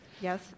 Yes